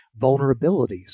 vulnerabilities